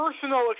personal